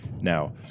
now